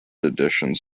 editions